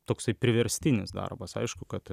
toksai priverstinis darbas aišku kad